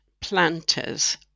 planters